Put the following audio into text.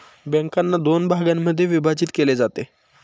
बँकांना दोन भागांमध्ये विभाजित केले जाते